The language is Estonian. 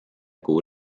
kuu